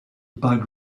bug